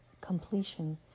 completion